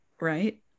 right